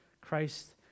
Christ